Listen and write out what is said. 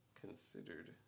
Considered